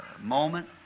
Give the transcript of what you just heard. moment